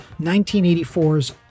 1984's